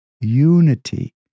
unity